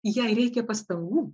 jai reikia pastangų